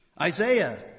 Isaiah